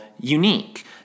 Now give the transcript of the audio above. unique